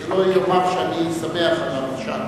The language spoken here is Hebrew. זה לא יאמר שאני שמח על המשט,